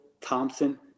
Thompson